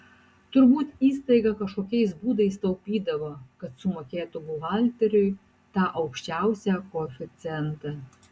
turbūt įstaiga kažkokiais būdais taupydavo kad sumokėtų buhalteriui tą aukščiausią koeficientą